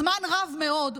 זמן רב מאוד,